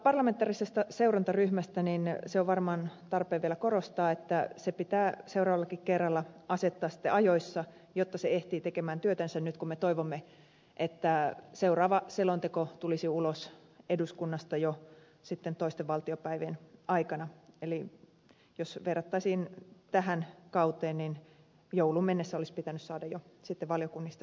parlamentaarisen seurantaryhmän osalta on varmaan tarpeen vielä korostaa että se pitää seuraavallakin kerralla asettaa ajoissa jotta se ehtii tekemään työtänsä nyt kun me toivomme että seuraava selonteko tulisi ulos eduskunnasta jo sitten toisten valtiopäivien aikana eli jos verrattaisiin tähän kauteen niin jouluun mennessä olisi pitänyt saada jo sitten valiokunnista se ulos